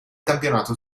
campionato